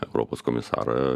europos komisarą